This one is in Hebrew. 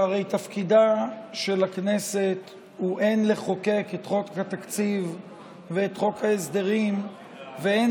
שהרי תפקידה של הכנסת הוא הן לחוקק את חוק התקציב ואת חוק ההסדרים והן